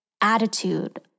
attitude